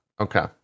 Okay